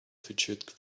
featured